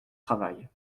travail